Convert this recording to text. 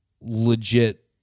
legit